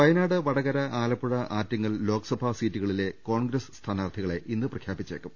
വയനാട് വടകര ആലപ്പുഴ ആറ്റിങ്ങൽ ലോക്സഭാ മണ്ഡലങ്ങ ളിലെ കോൺഗ്രസ് സ്ഥാനാർഥികളെ ഇന്ന് പ്രഖ്യാപിച്ചേക്കും